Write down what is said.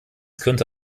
könnte